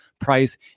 price